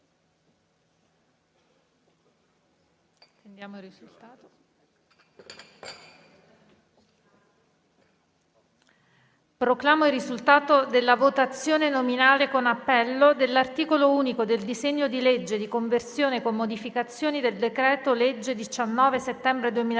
Proclamo il risultato della votazione nominale con appello dell'articolo unico del disegno di legge n. 927, di conversione in legge, con modificazioni, del decreto-legge 19 settembre 2023,